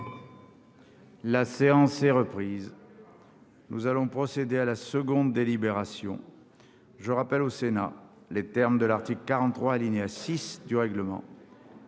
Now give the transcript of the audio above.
La séance est reprise. Nous allons donc procéder à la seconde délibération de l'article 68. Je rappelle au Sénat les termes de l'article 43, alinéa 6, du règlement